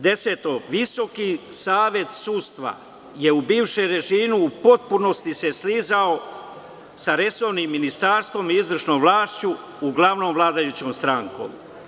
Deseto, Visoki savet sudstva je u bivšem režimu u potpunosti se slizao sa resornim ministarstvom i izvršnom vlašću, uglavnom vladajućom strankom.